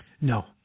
No